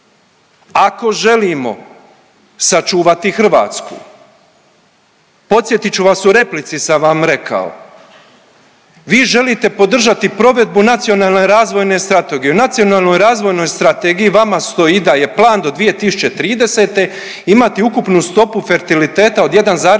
Ako želimo sačuvati Hrvatsku, podsjetit ću vas u replici sam vam rekao. Vi želite podržati provedbu nacionalne razvojne strategije. U nacionalnoj razvojnoj strategiji vama stoji da je plan do 2030. imati ukupnu stopu fertiliteta od 1,8%